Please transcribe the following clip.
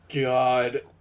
God